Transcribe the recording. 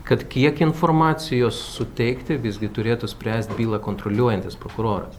kad kiek informacijos suteikti visgi turėtų spręst bylą kontroliuojantis prokuroras